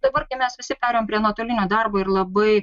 dabar kai mes visi perėjom prie nuotolinio darbo ir labai